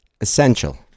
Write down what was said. Essential